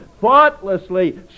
thoughtlessly